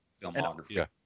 filmography